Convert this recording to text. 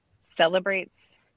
celebrates